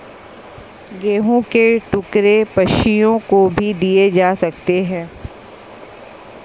गेहूं के टुकड़े पक्षियों को भी दिए जा सकते हैं